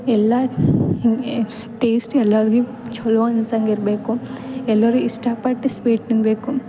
ಎಲ್ಲ ಟೇಸ್ಟ್ ಎಲ್ಲರಿಗು ಛಲೋ ಅನ್ಸಂಗೆ ಇರಬೇಕು ಎಲ್ಲರು ಇಷ್ಟಪಟ್ಟು ಸ್ವೀಟ್ ತಿನ್ಬೇಕು